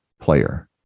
player